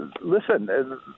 listen